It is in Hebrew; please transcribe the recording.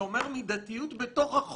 זה אומר מידתיות בתוך החוק,